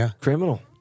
criminal